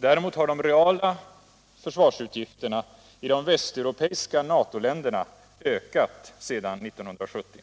Däremot har de reala försvarsutgifterna i de västeuropeiska NATO-länderna ökat sedan 1970.